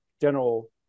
general